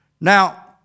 Now